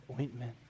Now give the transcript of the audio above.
ointment